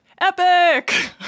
epic